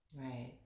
Right